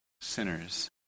sinners